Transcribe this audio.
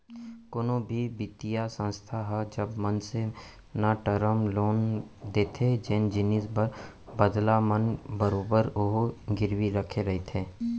कोनो भी बित्तीय संस्था ह जब मनसे न टरम लोन देथे जेन जिनिस बर बदला म बरोबर ओहा गिरवी रखे रहिथे